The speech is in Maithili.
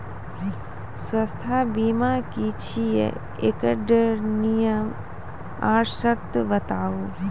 स्वास्थ्य बीमा की छियै? एकरऽ नियम आर सर्त बताऊ?